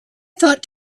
thought